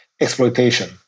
exploitation